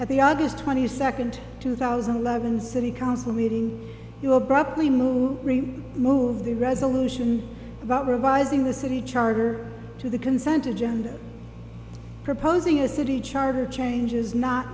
at the august twenty second two thousand and eleven city council meeting you abruptly move move the resolution about revising the city charter to the consent of gender proposing a city charter changes not